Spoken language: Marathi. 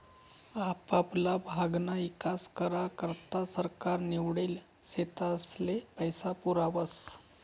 आपापला भागना ईकास करा करता सरकार निवडेल नेतास्ले पैसा पुरावस